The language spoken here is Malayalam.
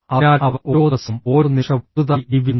അതിനാൽ അവർ ഓരോ ദിവസവും ഓരോ നിമിഷവും പുതുതായി ജീവിക്കുന്നു